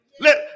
Let